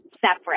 separate